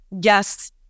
yes